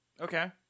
Okay